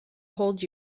hold